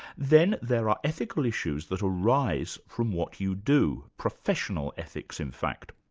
then there are ethical issues that arise from what you do, professional ethics, in fact.